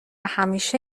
همیشه